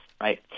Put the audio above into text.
right